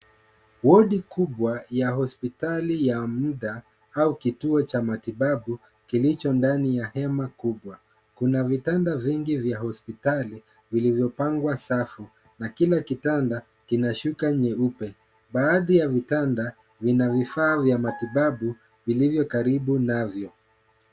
Wodi kubwa ya hospitali ya muda au kituo cha matibabu kilicho ndani ya hema kubwa. Kuna vitanda vingi vya hospitali, vilivyopangwa safu, na kila kitanda kina shuka nyeupe. Baadhi ya vitanda vinavifaa vya matibabu vilivyo karibu navyo.